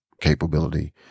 capability